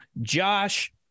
Josh